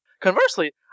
Conversely